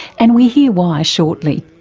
and we hear why shortly.